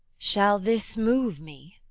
shall this move me?